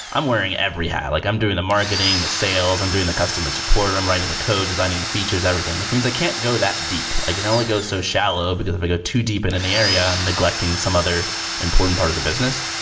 i'm wearing every hat. like i'm doing the marketing, the sales. i'm doing the customer support. i'm writing the code, designing features, everything. like means i can't go that deep. i can only go so shallow, because if i go too deep in and the area, i'm neglecting some other important part of the business.